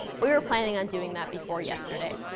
we were planning on doing that before yesterday,